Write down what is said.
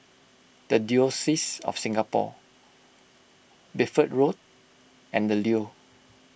the Diocese of Singapore Bedford Road and the Leo